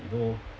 you know